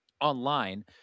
online